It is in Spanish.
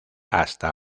hasta